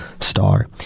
star